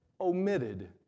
omitted